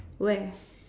where